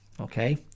okay